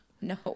no